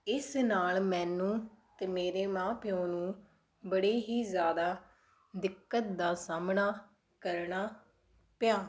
ਇਸ ਨਾਲ ਮੈਨੂੰ ਅਤੇ ਮੇਰੇ ਮਾਂ ਪਿਓ ਨੂੰ ਬੜੇ ਹੀ ਜ਼ਿਆਦਾ ਦਿੱਕਤ ਦਾ ਸਾਹਮਣਾ ਕਰਨਾ ਪਿਆ